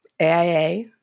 AIA